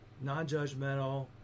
Non-judgmental